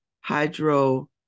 hydro